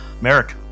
Merrick